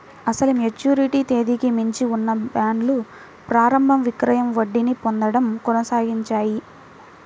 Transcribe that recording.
అసలు మెచ్యూరిటీ తేదీకి మించి ఉన్న బాండ్లు ప్రారంభ విక్రయం వడ్డీని పొందడం కొనసాగించాయి